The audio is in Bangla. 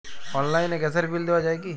অনলাইনে গ্যাসের বিল দেওয়া যায় কি?